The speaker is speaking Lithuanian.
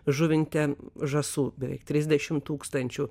žuvinte žąsų beveik trisdešim tūkstančių